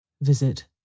Visit